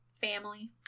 family